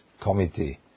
Committee